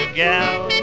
gal